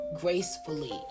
gracefully